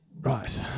right